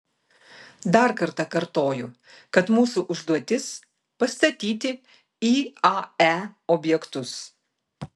dar kartą kartoju kad mūsų užduotis pastatyti iae objektus